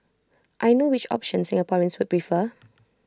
I know which option Singaporeans would prefer